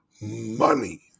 money